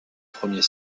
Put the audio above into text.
premier